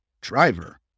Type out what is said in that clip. driver